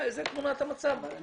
זאת תמונת המצב.